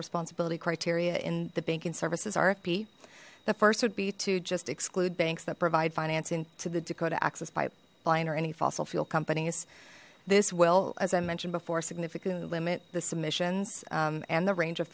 responsibility criteria in the banking services rfp the first would be to just exclude banks that provide financing to the dakota access pipeline or any fossil fuel companies this will as i mentioned before significantly limit the submissions and the range of